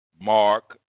Mark